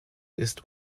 ist